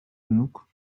genug